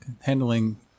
handling